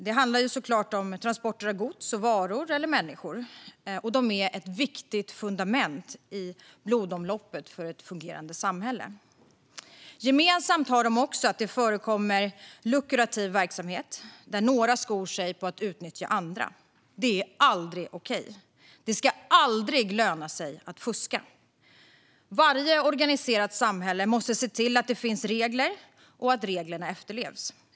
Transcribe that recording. Det handlar såklart om transporter av gods och varor eller människor, och transporter är fundamentalt viktiga i blodomloppet för ett fungerande samhälle. Gemensamt har de också att det förekommer lukrativ verksamhet, där några skor sig på att utnyttja andra. Det är aldrig okej. Det ska aldrig löna sig att fuska. Varje organiserat samhälle måste se till att det finns regler och att reglerna efterlevs.